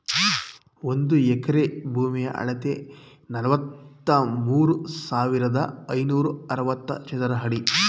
ಒಂದು ಎಕರೆ ಭೂಮಿಯ ಅಳತೆ ನಲವತ್ಮೂರು ಸಾವಿರದ ಐನೂರ ಅರವತ್ತು ಚದರ ಅಡಿ